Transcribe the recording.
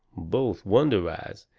both wonderized,